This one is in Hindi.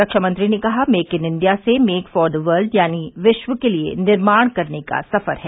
रक्षामंत्री ने कहा मेक इन इंडिया से मेक फॉर दी वर्लड यानी विश्व के लिए निर्माण करने का सफर है